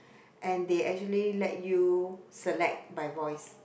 and they actually let you select by voice